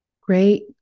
Great